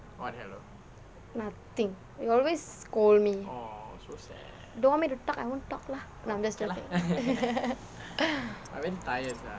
nothing you always scold me don't want me to talk I won't talk lah I'm just joking